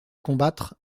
combattre